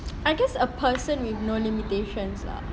I guess a person with no limitations lah